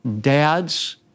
dads